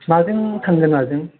माजों थांगोन माजों